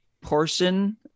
portion